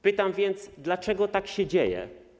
Pytam więc, dlaczego tak się dzieje.